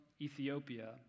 Ethiopia